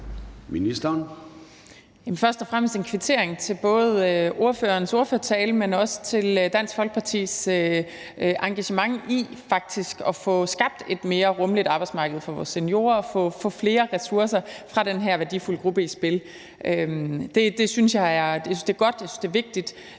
vil jeg komme med en kvittering både for ordførerens ordførertale, men også for Dansk Folkepartis engagement i faktisk at få skabt et mere rummeligt arbejdsmarked for vores seniorer og få flere ressourcer fra den her værdifulde gruppe i spil. Jeg synes, det er godt, og jeg